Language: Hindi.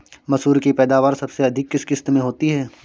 मसूर की पैदावार सबसे अधिक किस किश्त में होती है?